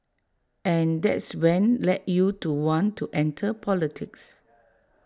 and that's when led you to want to enter politics